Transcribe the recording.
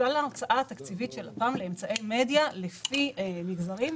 ההוצאה התקציבית של לפ"מ לאמצעי מדיה לפי מגזרים,